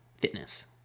fitness